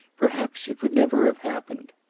perhaps it would never have happened.